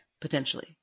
potentially